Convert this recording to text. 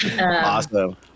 Awesome